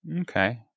Okay